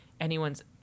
anyone's